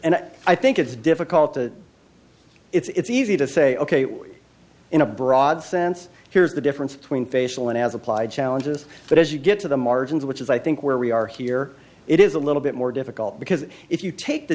and i think it's difficult to it's easy to say ok in a broad sense here's the difference between facial and as applied challenges but as you get to the margins which is i think where we are here it is a little bit more difficult because if you take the